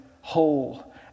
whole